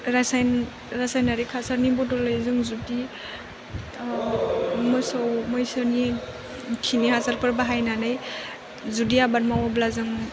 रायसाय रासायनारिक हासारनि बदलै जों जुदि मोसौ मैसोनि खिनि हासारफोर बाहायनानै जुदि आबाद मावोब्ला जों